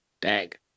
dag